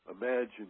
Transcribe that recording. Imagine